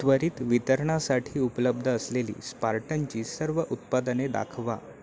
त्वरित वितरणासाठी उपलब्ध असलेली स्पार्टनची सर्व उत्पादने दाखवा